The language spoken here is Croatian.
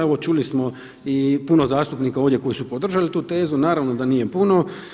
Evo čuli smo i puno zastupnika ovdje koji su podržali tu tezu, naravno da nije puno.